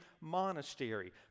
monastery